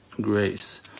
grace